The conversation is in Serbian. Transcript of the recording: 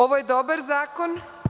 Ovo je dobar zakon.